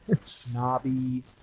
snobby